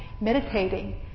meditating